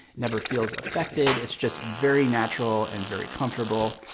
never feels affected. it's just very natural, and very comfortable.